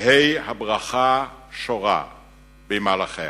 תהא הברכה שורה במהלכיה.